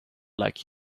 like